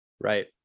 Right